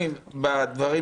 בסדר.